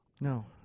No